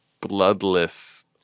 bloodless